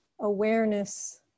awareness